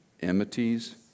enmities